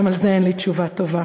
גם על זה אין לי תשובה טובה.